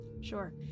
Sure